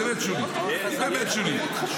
היא באמת שולית, באמת שולית.